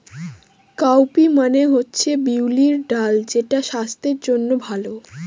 cowpea মানে হচ্ছে বিউলির ডাল যেটা স্বাস্থ্যের জন্য ভালো